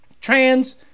Trans